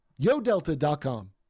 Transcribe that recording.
YoDelta.com